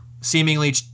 seemingly